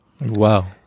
Wow